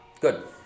Good